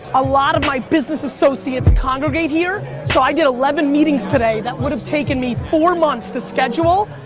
a lot of my business associates congregate here, so i did eleven meetings today. that would've taken me four months to schedule,